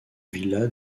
vila